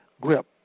grip